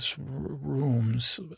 rooms